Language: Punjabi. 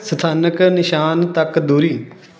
ਸਥਾਨਕ ਨਿਸ਼ਾਨ ਤੱਕ ਦੂਰੀ